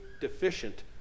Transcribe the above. deficient